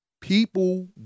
people